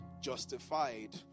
justified